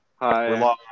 hi